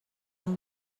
اون